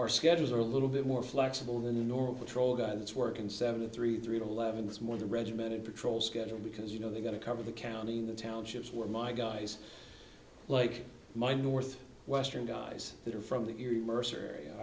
our schedules are a little bit more flexible than a normal patrol guy that's working seven to three three eleventh's more the regimented patrol schedule because you know they're going to cover the county in the townships where my guys like my north western guys that are from the erie mercer area